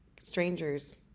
strangers